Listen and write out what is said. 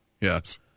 yes